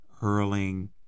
hurling